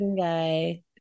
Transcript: guy